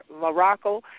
Morocco